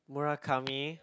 Murakami